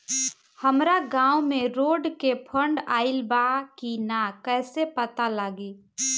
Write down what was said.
हमरा गांव मे रोड के फन्ड आइल बा कि ना कैसे पता लागि?